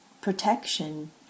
protection